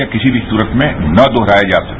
यह किसी भी सूत्त में न दोहराया जा सके